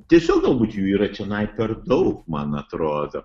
tiesiog galbūt jų yra čionai per daug man atrodo